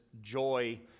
joy